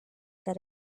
that